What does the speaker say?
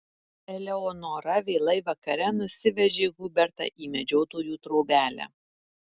eleonora vėlai vakare nusivežė hubertą į medžiotojų trobelę